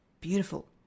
Beautiful